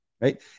Right